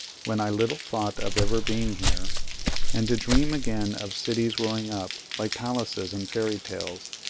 when i little thought of ever being here and to dream again of cities growing up, like palaces in fairy tales,